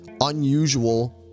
unusual